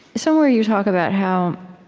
somewhere, you talk about how